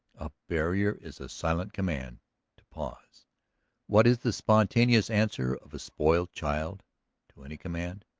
a barrier is a silent command to pause what is the spontaneous answer of a spoiled child to any command?